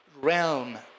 Realm